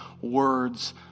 words